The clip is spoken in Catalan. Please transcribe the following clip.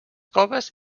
coves